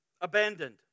abandoned